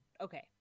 okay